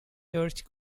church